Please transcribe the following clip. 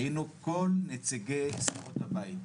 היינו כל נציגי סיעות הבית.